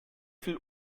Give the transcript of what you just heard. viel